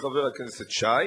חבר הכנסת שי,